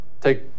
take